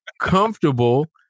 comfortable